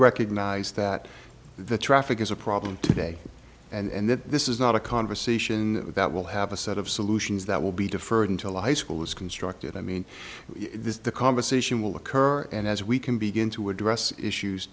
recognize that the traffic is a problem today and that this is not a conversation that will have a set of solutions that will be deferred until high school is constructed i mean this conversation will occur and as we can begin to address issues